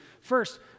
First